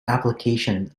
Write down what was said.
application